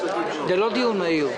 זה לא דיון מהיר.